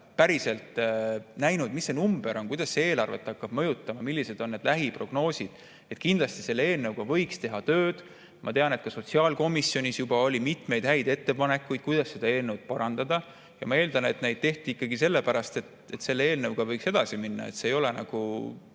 päriselt näinud, mis see number on, kuidas see eelarvet hakkab mõjutama ja millised on lähiprognoosid. Kindlasti võiks selle eelnõuga tööd teha. Ma tean, et ka sotsiaalkomisjonis juba oli mitmeid häid ettepanekuid, kuidas seda eelnõu parandada. Ma eeldan, et neid tehti ikkagi sellepärast, et selle eelnõuga võiks edasi minna, et see ei ole